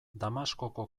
damaskoko